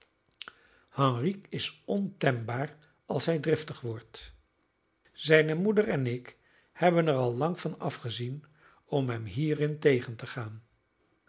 henrique is ontembaar als hij driftig wordt zijne moeder en ik hebben er al lang van afgezien om hem hierin tegen te gaan